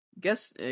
Guess